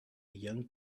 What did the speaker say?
young